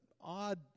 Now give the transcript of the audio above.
odd